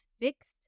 fixed